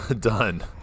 done